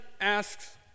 asks